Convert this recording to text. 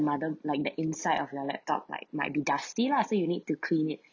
mother like that inside of your laptop like might be dusty lah say you need to clean it